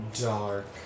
Dark